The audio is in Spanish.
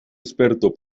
experto